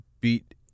beat